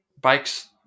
bikes